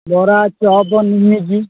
ବରା ଚପ୍ ନିମିକି